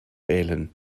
wählen